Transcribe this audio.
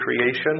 creation